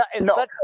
No